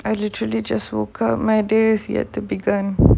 I literally just woke up my days yet to begun